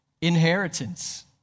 inheritance